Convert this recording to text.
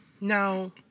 Now